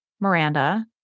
Miranda